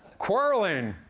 quarreling.